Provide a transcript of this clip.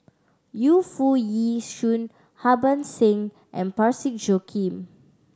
Yu Foo Yee Shoon Harbans Singh and Parsick Joaquim